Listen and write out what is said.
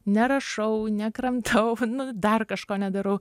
nerašau nekramtau nu dar kažko nedarau